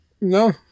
No